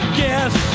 guess